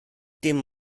dim